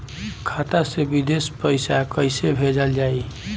खाता से विदेश पैसा कैसे भेजल जाई?